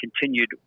continued